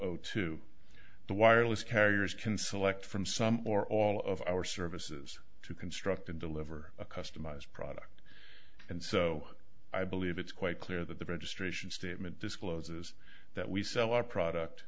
zero two the wireless carriers can select from some or all of our services to construct and deliver a customized product and so i believe it's quite clear that the registration statement discloses that we sell our product